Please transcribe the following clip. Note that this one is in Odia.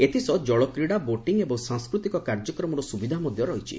ଏଥିସହ ଜଳକ୍ରୀଡା ବୋଟିଂ ଏବଂ ସାଂସ୍କୃତିକ କାର୍ଯ୍ୟକ୍ରମର ସୁବିଧା ମଧ୍ଧ ରହିଛି